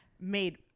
made